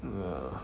uh